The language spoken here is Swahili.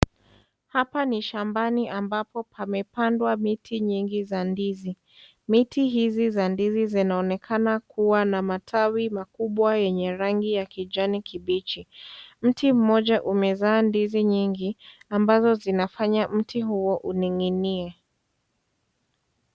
Hapa ni shambani ambapo pamepandwa miti nyingi za ndizi, miti hizi za ndizi zinaonekana kuwa na matawi makumbwa yenye rangi ya kijani kibichi, mti moja umezaa ndizi nyingi ambazo zinafanya mti huo uning'inie.